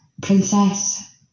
princess